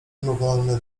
mimowolny